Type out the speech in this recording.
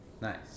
nice